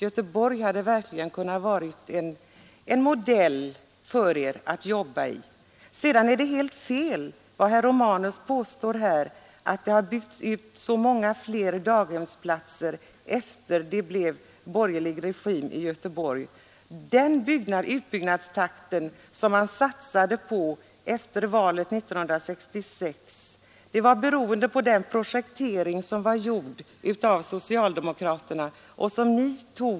Göteborg hade verkligen kunnat vara en modell för er att jobba med. Herr Romanus påstår att det har byggts många fler daghemsplatser efter det att det blev borgerlig regim i Göteborg. Det är helt fel. Den utbyggnadstakt som man satsade på efter valet 1966 var beroende av en projektering som var gjord av socialdemokraterna.